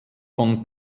von